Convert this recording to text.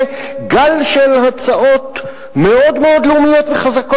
גל של הצעות מאוד מאוד לאומיות וחזקות.